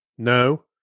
No